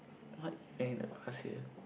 what event the past year